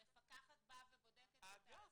המפקחת בודקת את זה?